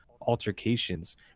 altercations